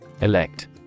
Elect